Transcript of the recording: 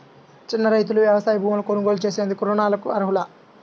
చిన్న రైతులు వ్యవసాయ భూములు కొనుగోలు చేసేందుకు రుణాలకు అర్హులా?